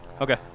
Okay